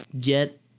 get